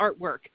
artwork